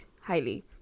highly